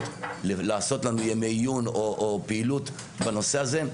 לעשות לנו ימי עיון או פעילות בנושא הזה,